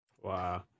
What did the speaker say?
Wow